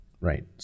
Right